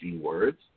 words